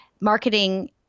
marketing